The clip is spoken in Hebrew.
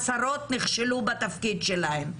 השרות נכשלו בתפקיד שלהן.